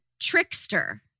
trickster